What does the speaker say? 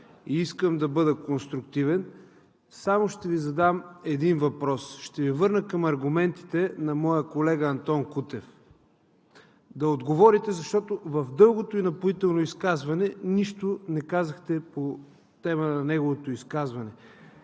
и искам да бъда конструктивен, само ще Ви задам един въпрос, ще Ви върна към аргументите на моя колега Антон Кутев да отговорите, защото в дългото и напоително изказване нищо не казахте по темата на неговото изказване.